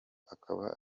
akaba